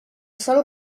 sol